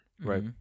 Right